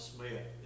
Smith